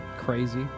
Crazy